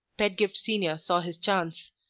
pedgift senior saw his chance,